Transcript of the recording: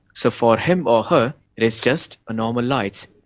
so for him or her it is just a normal light.